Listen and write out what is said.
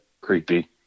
creepy